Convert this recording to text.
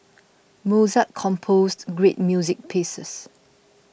Mozart composed great music pieces